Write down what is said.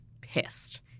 pissed